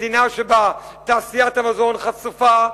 מדינה שבה תעשיית המזון חשופה,